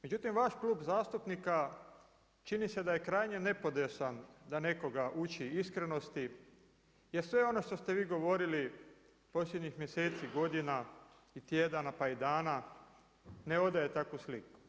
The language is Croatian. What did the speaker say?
Međutim, vaš klub zastupnika čini se da je krajnje nepodesan da nekoga uči iskrenosti, jer sve ono što ste vi govorili posljednjih mjeseci, godina i tjedana, pa i dana ne odaje takvu sliku.